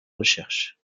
recherche